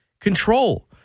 control